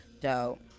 Dope